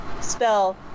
spell